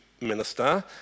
minister